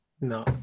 No